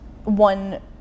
One